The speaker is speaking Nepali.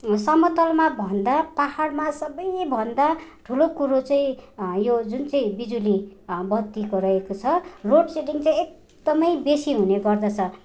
समतलमा भन्दा पहाडमा सबैभन्दा ठुलो कुरो चाहिँ यो जुन चाहिँ बिजुली बत्तीको रहेको छ लोड सेडिङ चाहिँ एकदमै बेसी हुने गर्दछ